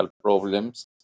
problems